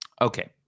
Okay